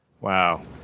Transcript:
Wow